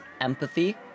Empathy